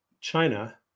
China